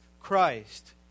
Christ